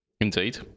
indeed